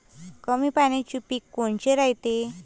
कमी पाण्याचे पीक कोनचे रायते?